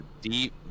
deep